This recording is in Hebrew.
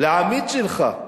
לעמית שלך: